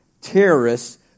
terrorists